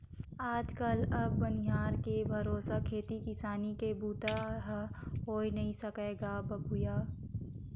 आज कल अब बनिहार के भरोसा खेती किसानी के बूता ह होय नइ सकय गा बाबूय